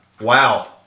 Wow